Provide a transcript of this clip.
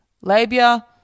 labia